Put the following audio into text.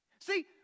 See